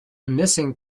missing